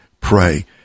pray